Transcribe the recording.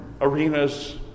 Arenas